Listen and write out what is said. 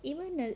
even the